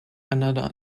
another